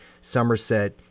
Somerset